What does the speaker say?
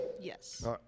Yes